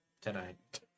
tonight